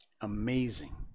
Amazing